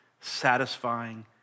satisfying